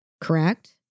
correct